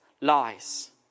lies